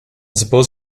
suppose